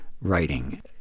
writing